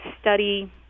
study